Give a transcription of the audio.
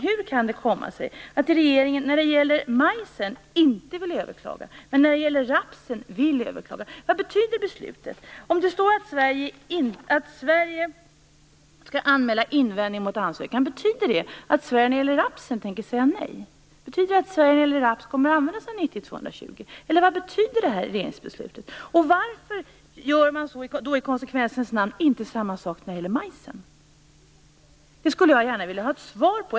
Hur kan det komma sig att regeringen inte vill överklaga när det gäller majsen men vill överklaga när det gäller rapsen? Vad betyder beslutet? Det står att Sverige skall anmäla invändning mot ansökan. Betyder det att Sverige tänker säga nej när det gäller rapsen? Betyder det att Sverige kommer att använda sig av direktiv 90/220 när det gäller raps, eller vad betyder det här regeringsbeslutet? Varför gör man då i konsekvensens namn inte samma sak när det gäller majsen? Jag skulle gärna vilja ha ett svar på det.